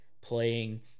playing